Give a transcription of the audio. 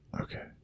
Okay